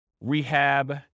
rehab